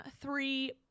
three